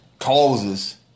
Causes